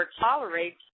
tolerate